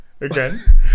Again